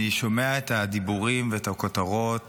אני שומע את הדיבורים ואת הכותרות